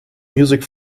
music